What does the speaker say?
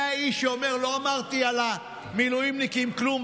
זה האיש שאומר: לא אמרתי על המילואימניקים כלום,